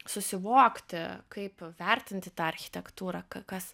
susivokti kaip vertinti tą architektūrą k kas